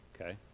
okay